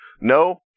no